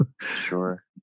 Sure